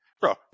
Bro